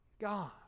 God